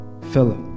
Philip